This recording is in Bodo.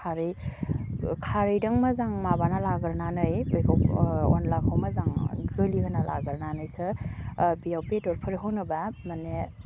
खारै खारैदों मोजां माबाना लागोरनानै बेखौ अनलाखौ मोजां गोलिहोना लागोरनानैसो बेयाव बेदरफोर होनोबा माने